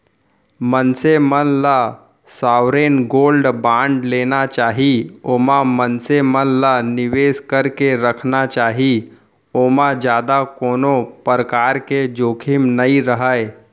मनसे मन ल सॉवरेन गोल्ड बांड लेना चाही ओमा मनसे मन ल निवेस करके रखना चाही ओमा जादा कोनो परकार के जोखिम नइ रहय